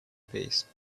peace